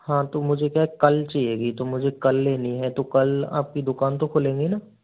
हाँ तो मुझे क्या कल चाहिएगी तो मुझे कल लेनी है तो कल आपकी दुकान तो खुलेगी ना